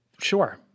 sure